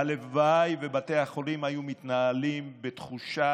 הלוואי שבתי החולים היו מתנהלים בתחושה